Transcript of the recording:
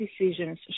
decisions